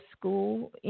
school